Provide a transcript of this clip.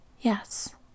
Yes